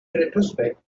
retrospect